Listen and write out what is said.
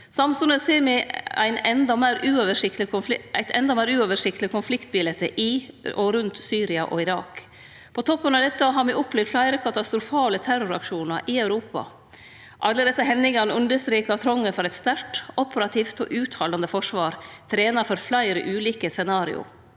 Samstundes ser me eit endå meir uoversiktleg konfliktbilete i og rundt Syria og Irak. På toppen av dette har me opplevd fleire katastrofale terroraksjonar i Europa. Alle desse hendingane understrekar trongen for eit sterkt, operativt og uthaldande forsvar, trena for fleire ulike scenario.